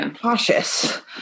cautious